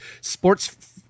sports